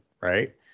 right